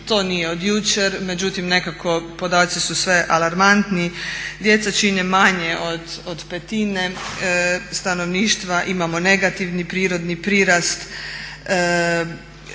to nije od jučer, međutim nekako podaci su sve alarmantni. Djeca čine manje od petine stanovništva. Imamo negativni prirodni prirast.